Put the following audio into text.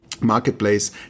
marketplace